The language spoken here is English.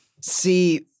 See